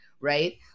right